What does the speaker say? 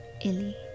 Illy